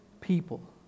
people